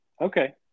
Okay